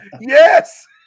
yes